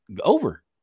Over